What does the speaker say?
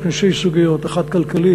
יש כאן שתי סוגיות: אחת כלכלית,